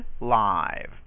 live